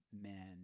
men